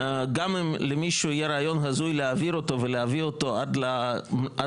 גם אם למישהו יהיה רעיון הזוי להעביר אותו ולהביא אותו עד לגמר,